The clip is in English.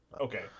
Okay